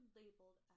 labeled